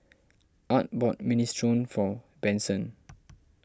Art bought Minestrone for Benson